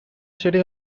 city